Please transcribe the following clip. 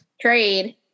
trade